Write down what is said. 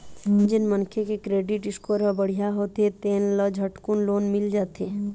जेन मनखे के क्रेडिट स्कोर ह बड़िहा होथे तेन ल झटकुन लोन मिल जाथे